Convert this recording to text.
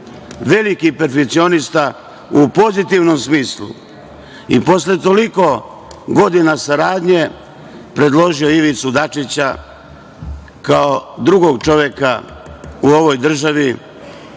veliki perfekcionista u pozitivnom smislu, i posle toliko godina saradnje predložio Ivicu Dačića, kao drugog čoveka u ovoj državi,